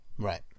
Right